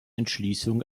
entschließung